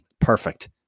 perfect